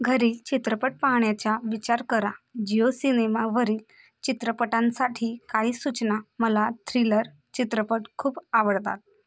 घरी चित्रपट पाहण्याचा विचार करा जिओ सिनेमावरील चित्रपटांसाठी काही सूचना मला थ्रिलर चित्रपट खूप आवडतात